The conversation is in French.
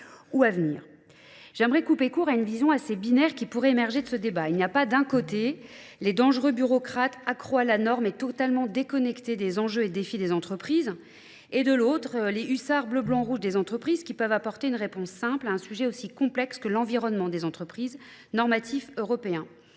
ou à venir. J'aimerais couper court à une vision assez binaire qui pourrait émerger de ce débat. Il n'y a pas d'un côté les dangereux bureaucrates accrois à la norme et totalement déconnectés des enjeux et défis des entreprises, et de l'autre les hussards bleu blanc rouge des entreprises qui peuvent apporter une réponse simple à un sujet aussi complexe que l'environnement des entreprises normatifs européens.